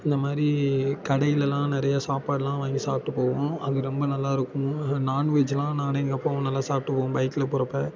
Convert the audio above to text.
இந்தமாதிரி கடையிலலாம் நிறையா சாப்பாடுலாம் வாங்கி சாப்பிட்டு போவோம் அது ரொம்ப நல்லாயிருக்கும் இது நான்வெஜ்லாம் நானும் எங்கள் அப்பாவும் நல்லா சாப்பிட்டு போவோம் பைக்கில் போகிறப்ப